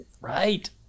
Right